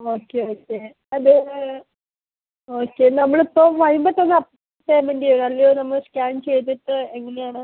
okay okay അതിന് okay നമ്മൾ ഇപ്പോൾ വരുമ്പോൾ തന്നെ പേയ്മെൻറ്റെ ചെയ്യണോ അല്ലയോ നമ്മള് സ്കാൻ ചെയ്തിട്ട് എങ്ങനെയാണ്